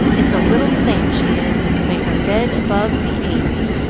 it's a little saint, she is. may her bed above be aisy!